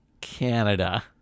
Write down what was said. Canada